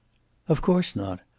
of course not.